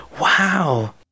Wow